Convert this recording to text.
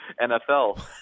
NFL